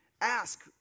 ask